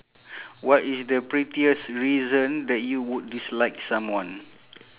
what is the pettiest reason that you would dislike someone